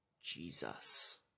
Jesus